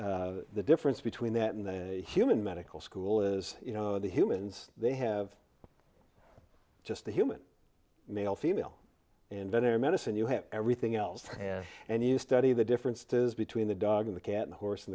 the difference between that and the human medical school is you know the humans they have just the human male female inventor medicine you have everything else and you study the difference between the dog in the cat the horse